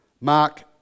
Mark